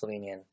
Slovenian